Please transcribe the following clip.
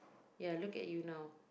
ya look at you now